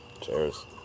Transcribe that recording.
Cheers